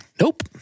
Nope